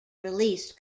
released